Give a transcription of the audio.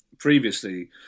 previously